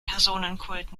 personenkult